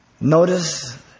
Notice